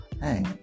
hey